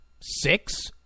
six